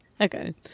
Okay